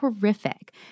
horrific